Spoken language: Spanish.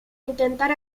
intentar